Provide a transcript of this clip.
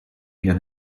get